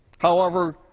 however,